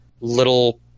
little